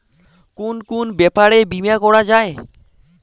কুন কুন ব্যাপারে বীমা করা যায়?